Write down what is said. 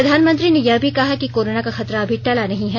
प्रधानमंत्री ने यह भी कहा कि कोरोना का खतरा अभी टला नहीं है